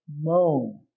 moan